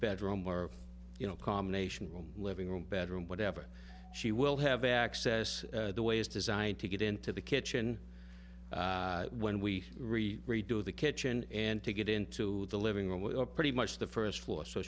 bedroom or you know combination room living room bedroom whatever she will have access the way is designed to get into the kitchen when we re redo the kitchen and to get into the living room we're pretty much the first floor so